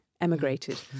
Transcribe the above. emigrated